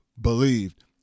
believed